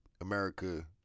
America